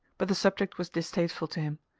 but the subject was distasteful to him,